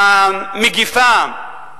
ה"מגפה"